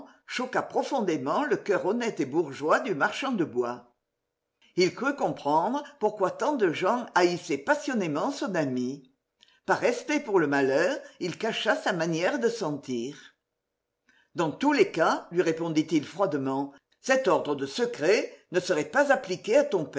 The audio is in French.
choqua profondément le coeur honnête et bourgeois du marchand de bois il crut comprendre pourquoi tant de gens haïssaient passionnément son ami par respect pour le malheur il cacha sa manière de sentir dans tous les cas lui répondit-il froidement cet ordre de secret ne serait pas appliqué à ton